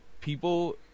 People